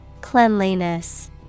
Cleanliness